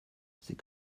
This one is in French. c’est